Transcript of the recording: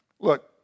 Look